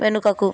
వెనుకకు